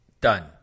Done